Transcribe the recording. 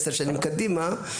עשר שנים קדימה,